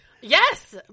yes